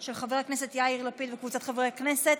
הכנסת יאיר לפיד וקבוצת חברי הכנסת,